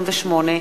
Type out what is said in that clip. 128),